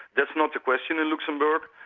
that's not the question in luxembourg,